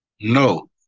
No